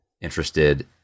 interested